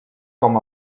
com